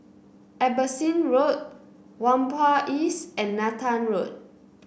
Abbotsingh Road Whampoa East and Nathan Road